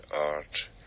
art